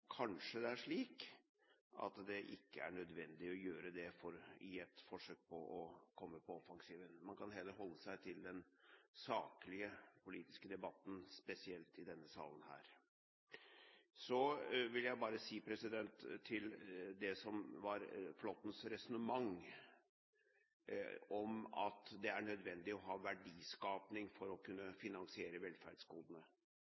forsøk på å komme på offensiven. Man kan heller holde seg til den saklige, politiske debatten, spesielt i denne salen. Så til det som var Flåttens resonnement om at det er nødvendig å ha verdiskaping for å